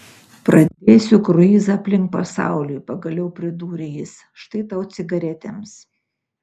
pradėsiu kruizą aplink pasaulį pagaliau pridūrė jis štai tau cigaretėms